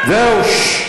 זהו.